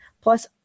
Plus